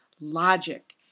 logic